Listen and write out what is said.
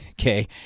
Okay